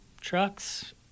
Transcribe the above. trucks